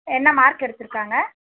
என்ன மார்க் எடுத்துருக்காங்க